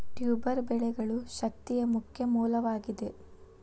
tuber ಬೆಳೆಗಳು ಶಕ್ತಿಯ ಮುಖ್ಯ ಮೂಲವಾಗಿದೆ